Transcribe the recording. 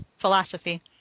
philosophy